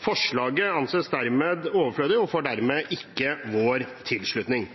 Forslaget anses dermed overflødig og får dermed ikke vår tilslutning.